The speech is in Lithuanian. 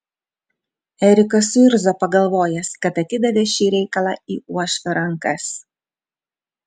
erikas suirzo pagalvojęs kad atidavė šį reikalą į uošvio rankas